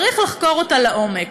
צריך לחקור אותה לעומק.